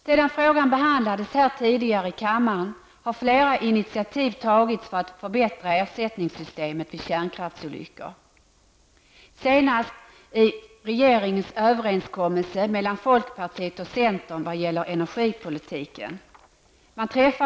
Sedan frågan behandlades här tidigare i kammaren har flera initiativ tagits för att förbättra ersättningsystemet vid kärnkraftsolyckor, senast i regeringens överenskommelse mellan folkpartiet och centern vad gäller energipolitiken.